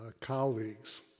colleagues